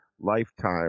lifetime